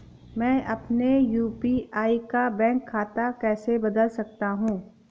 मैं अपने यू.पी.आई का बैंक खाता कैसे बदल सकता हूँ?